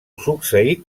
succeït